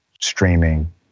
streaming